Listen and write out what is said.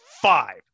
five